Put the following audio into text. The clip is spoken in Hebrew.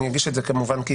אגיש את זה כהסתייגות,